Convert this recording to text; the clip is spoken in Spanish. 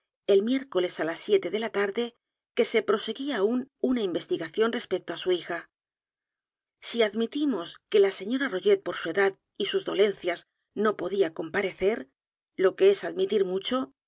el miércoles á las siete de la t a r d e que se proseguía aún una investigación respecto á su hija si admitimos que la señora rogét por su edad y sus dolencias no podía comparecer lo que es admitir mucho